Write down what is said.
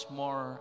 more